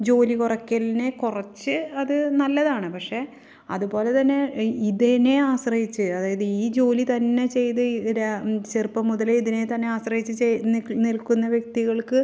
ജോലി കുറക്കലിനെ കുറച്ച് അത് നല്ലതാണ് പക്ഷെ അതുപോലെ തന്നെ ഇതിനെ ആശ്രയിച്ച് അതായത് ഈ ജോലി തന്നെ ചെയ്ത ചെറുപ്പം മുതലേ ഇതിനെ തന്നെ ആശ്രയിച്ച് നിൽക്കുന്ന വ്യക്തികൾക്ക്